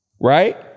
right